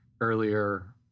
earlier